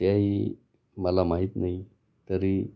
त्याही मला माहीत नाही तरी